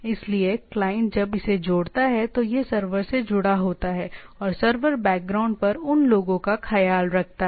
इसलिए क्लाइंट जब इसे जोड़ता है तो यह सर्वर से जुड़ा होता है और सर्वर बैकग्राउंड पर उन लोगों का ख्याल रखता है